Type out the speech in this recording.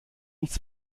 nichts